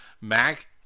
Mac